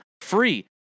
free